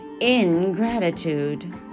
ingratitude